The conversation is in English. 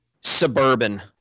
suburban